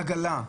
עגלה,